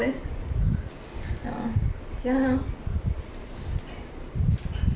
ya 这样 lor